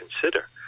consider